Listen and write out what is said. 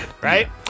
right